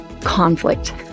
conflict